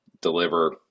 deliver